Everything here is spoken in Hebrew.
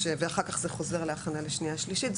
ואחר-כך זה גם חוזר להכנה לקריאה שנייה ושלישית.